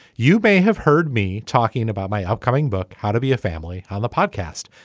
you may have heard me talking about my upcoming book how to be a family on the podcast.